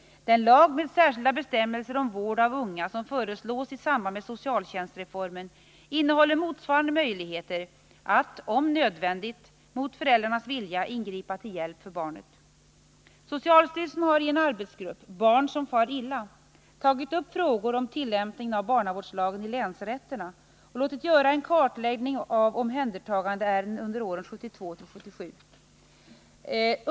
Den lag med särskilda bestämmelser om vård av unga som föreslås i samband med socialtjänstreformen innehåller motsvarande möjligheter att, om nödvändigt, mot föräldrarnas vilja ingripa till hjälp för barnet. Socialstyrelsen har i en arbetsgrupp, Barn som far illa, tagit upp frågor om tillämpningen av barnavårdslagen i länsrätterna och låtit göra en kartläggning av omhändertagandeärendena under åren 1972-1977.